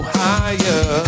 higher